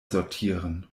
sortieren